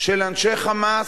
של אנשי "חמאס",